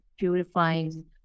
purifying